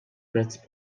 prezz